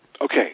Okay